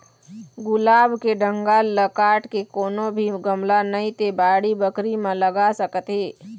गुलाब के डंगाल ल काट के कोनो भी गमला नइ ते बाड़ी बखरी म लगा सकत हे